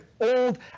old